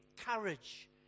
courage